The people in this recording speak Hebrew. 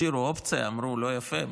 השאירו אופציה ואמרו: לא יפה.